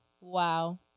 Wow